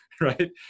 right